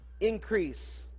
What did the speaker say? increase